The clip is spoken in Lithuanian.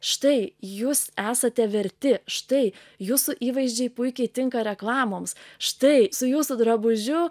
štai jūs esate verti štai jūsų įvaizdžiai puikiai tinka reklamoms štai su jūsų drabužiu